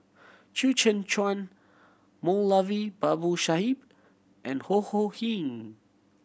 Chew Kheng Chuan Moulavi Babu Sahib and Ho Ho Ying